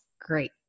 great